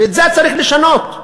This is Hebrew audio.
ואת זה צריך לשנות.